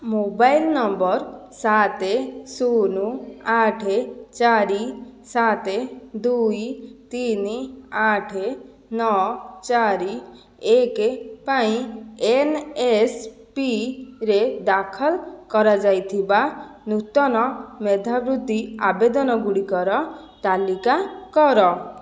mobile number ସାତ ଶୂନ ଆଠ ଚାରି ସାତ ଦୁଇ ତିନି ଆଠ ନଅ ଚାରି ଏକ ପାଇଁ ଏନ୍ଏସ୍ପିରେ ଦାଖଲ କରାଯାଇଥିବା ନୂତନ ମେଧାବୃତ୍ତି ଆବେଦନ ଗୁଡ଼ିକର ତାଲିକା କର